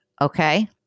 Okay